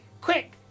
quick